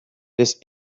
this